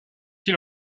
ils